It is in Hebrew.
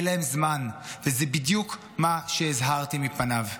אין להם זמן, וזה בדיוק מה שהזהרתי מפניו: